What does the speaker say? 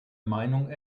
meinung